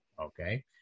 Okay